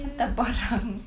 hantar barang